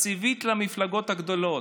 תקציבית למפלגות הגדולות.